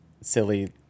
silly